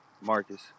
Marcus